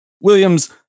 Williams